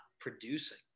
producing